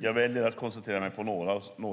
Jag väljer att koncentrera mig på några av frågeställningarna.